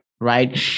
right